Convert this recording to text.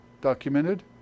documented